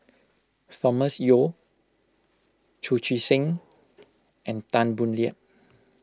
Thomas Yeo Chu Chee Seng and Tan Boo Liat